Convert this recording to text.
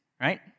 right